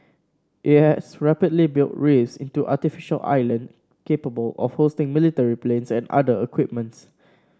it has rapidly built reefs into artificial island capable of hosting military planes and other equipments